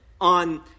on